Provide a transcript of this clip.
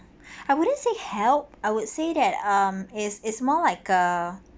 I wouldn't say help I would say that um is is more like err